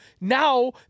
now